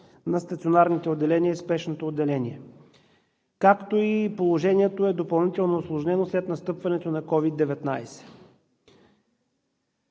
на стационарните отделения и Спешното отделение, като положението е допълнително усложнено след настъпването на COVID-19.